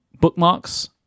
bookmarks